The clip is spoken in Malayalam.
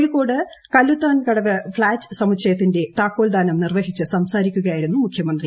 കോഴിക്കോട് കല്ലുത്താൻകടവ് ഫ്ളാറ്റ് സമുച്ചയത്തിന്റെ താക്കോൽദാനം നിർവ്വഹിച്ച് സംസാരിക്കുകയായിരുന്നു മുഖ്യമന്ത്രി